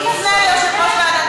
היא תפנה ליושב-ראש ועדת